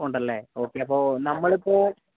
ഉണ്ടല്ലേ ഓക്കെ അപ്പോൾ നമ്മളിപ്പോൾ